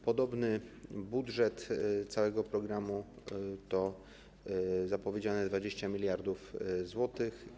Podobny budżet całego programu to zapowiedziane 20 mld zł.